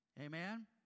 Amen